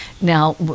Now